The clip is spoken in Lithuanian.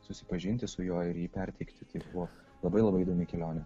susipažinti su juo ir jį perteikti tai buvo labai labai įdomi kelionė